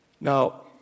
Now